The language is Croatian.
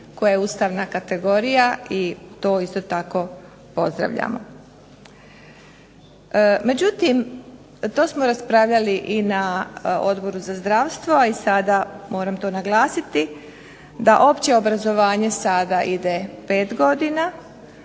koja je ustavna kategorija i to isto tako pozdravljamo. Međutim, to smo raspravljali i na Odboru za zdravstvo, a i sada moram to naglasiti da opće obrazovanje sada ide 5 godina.